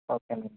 okay అండి